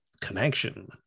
connection